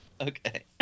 Okay